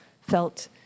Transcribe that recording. felt